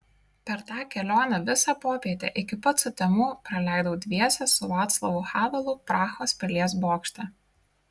per tą kelionę visą popietę iki pat sutemų praleidau dviese su vaclavu havelu prahos pilies bokšte